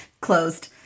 Closed